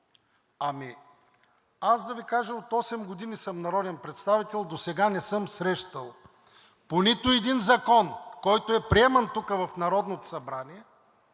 Ами аз да Ви кажа, че от осем години съм народен представител и досега не съм срещал по нито един закон, който е приеман тук в Народното събрание,